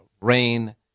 rain